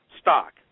stock